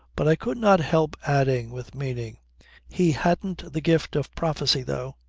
but i could not help adding with meaning he hadn't the gift of prophecy though.